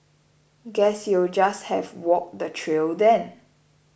guess you'll just have walk the trail then